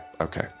okay